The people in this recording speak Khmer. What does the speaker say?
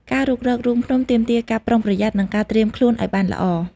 ការរុករករូងភ្នំទាមទារការប្រុងប្រយ័ត្ននិងការត្រៀមខ្លួនឱ្យបានល្អ។